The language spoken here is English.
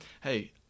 hey